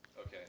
Okay